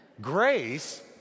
Grace